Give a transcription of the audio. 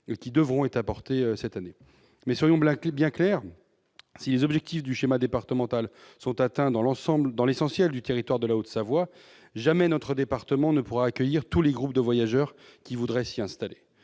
qui devront être apportées cette année. Toutefois, soyons bien clairs, si les objectifs du schéma départemental sont atteints dans l'essentiel du territoire de la Haute-Savoie, jamais notre département ne pourra accueillir tous les groupes de voyageurs qui voudraient s'y installer.